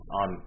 on